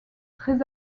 très